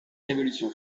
révolution